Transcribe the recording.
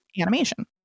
animation